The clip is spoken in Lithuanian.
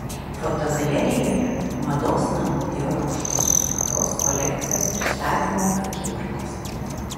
fotogalerijoje mados namų dior aukštosios mados kolekcijos pristatymo akimirkos